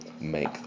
make